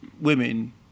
women